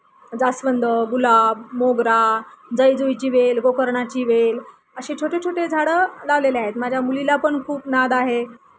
जास्वंद गुलाब मोगरा जाई जुईची वेल गोकर्णाची वेल असे छोटे छोटे झाडं लावलेले आहेत माझ्या मुलीला पण खूप नाद आहे